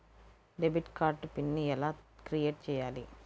Debit card pin ఎలా create చెయ్యాలి?